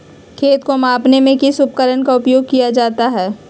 खेत को मापने में किस उपकरण का उपयोग किया जाता है?